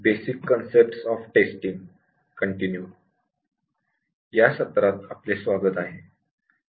basic concept of testing कंन्टड या व्याखानात आपले स्वागत आहे